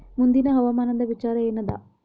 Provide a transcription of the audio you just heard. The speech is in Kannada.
ಮುಂದಿನ ಹವಾಮಾನದ ವಿಚಾರ ಏನದ?